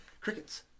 crickets